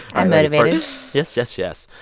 i'm motivated yes, yes, yes.